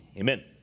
Amen